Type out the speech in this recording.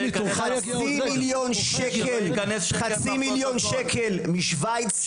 חצי מיליון שקל משווייץ,